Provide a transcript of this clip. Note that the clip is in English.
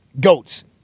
Goats